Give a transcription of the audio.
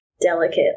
delicate